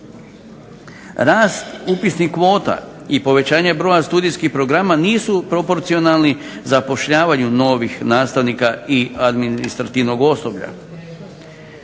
Rast upisnih kvota i povećanje broja studijskih programa nisu proporcionalni zapošljavanju novih nastavnika i administrativnog osoblja.